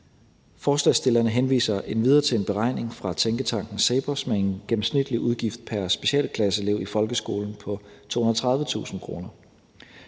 Forslagsstillerne henviser endvidere til en beregning fra tænketanken CEPOS med en gennemsnitlig udgift pr. specialklasseelev i folkeskolen på 230.000 kr.